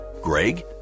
greg